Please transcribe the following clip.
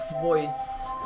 voice